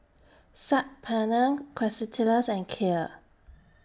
Saag Paneer Quesadillas and Kheer